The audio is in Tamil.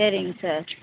சரிங்க சார்